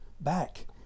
back